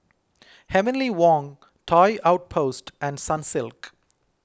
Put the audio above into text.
Heavenly Wang Toy Outpost and Sunsilk